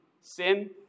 sin